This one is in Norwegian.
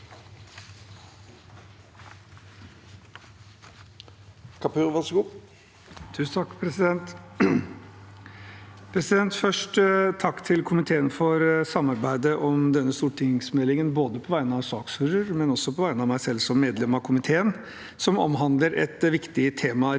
takk til komi- teen for samarbeidet om stortingsmeldingen – både på vegne av ordfører for sak nr. 4 og også på vegne av meg selv som medlem av komiteen – som omhandler et viktig tema.